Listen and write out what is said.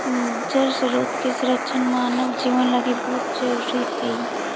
जल स्रोत के संरक्षण मानव जीवन लगी बहुत जरूरी हई